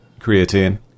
creatine